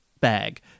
bag